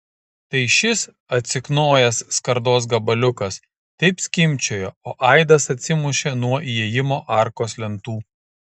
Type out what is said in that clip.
tai šis atsiknojęs skardos gabaliukas taip skimbčiojo o aidas atsimušė nuo įėjimo arkos lentų